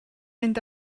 mynd